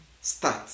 start